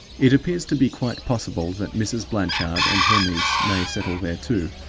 it appears to be quite possible that mrs. blanchard and her niece may settle there, too,